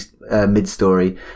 mid-story